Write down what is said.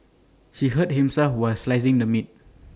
he hurt himself while slicing the meat